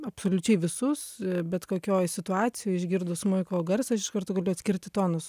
absoliučiai visus bet kokioj situacijoj išgirdus smuiko garsą aš iš karto galiu atskirti tonus